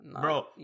Bro